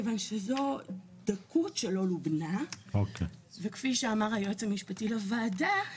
כיוון שזו דקות שלא לובנה וכפי שאמר היועץ המשפטי לוועדה,